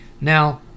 Now